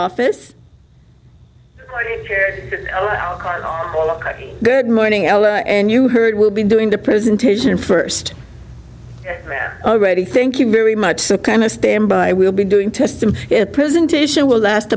office good morning ella and you heard will be doing the presentation first already thank you very much so kind of stand by we'll be doing it presentation will last